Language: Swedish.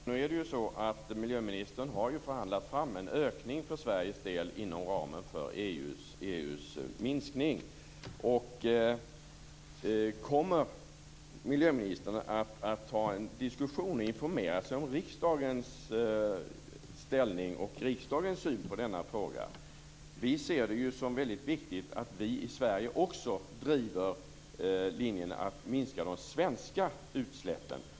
Fru talman! Nu har ju miljöministern förhandlat fram en ökning för Sveriges del inom ramen för EU:s minskning. Kommer miljöministern att ta en diskussion och informera sig om riksdagens inställning till och syn på denna fråga? Vi ser det ju som väldigt viktigt att vi i Sverige också driver linjen att minska de svenska utsläppen.